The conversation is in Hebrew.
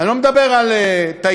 אני לא מדבר על טייקונים,